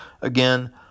Again